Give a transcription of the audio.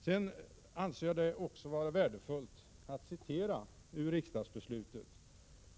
Jag anser det också vara värdefullt att citera ur riksdagsbeslutet.